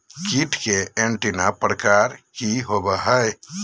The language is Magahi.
कीट के एंटीना प्रकार कि होवय हैय?